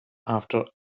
after